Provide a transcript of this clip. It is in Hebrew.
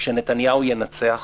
שנתניהו ינצח